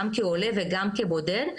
גם כעולה וגם כבודד,